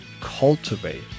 cultivate